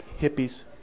hippies